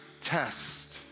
test